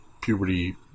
puberty